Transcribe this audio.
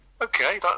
Okay